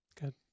Good